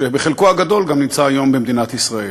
שחלקו הגדול נמצא היום במדינת ישראל.